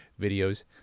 videos